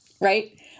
right